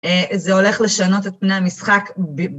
זה הולך לשנות את פני המשחק ב...